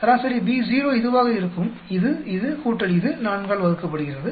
சராசரி B0 இதுவாக இருக்கும் இது இது கூட்டல் இது 4 ஆல் வகுக்கப்படுகிறது